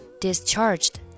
discharged